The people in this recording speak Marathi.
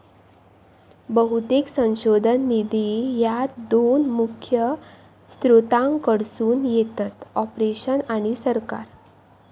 बहुतेक संशोधन निधी ह्या दोन प्रमुख स्त्रोतांकडसून येतत, कॉर्पोरेशन आणि सरकार